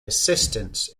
assistance